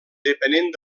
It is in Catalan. depenent